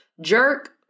Jerk